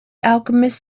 alchemist